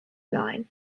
line